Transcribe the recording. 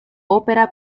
ópera